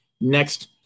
next